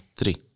Three